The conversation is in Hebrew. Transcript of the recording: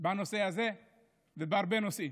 בנושא הזה ובהרבה נושאים.